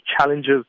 challenges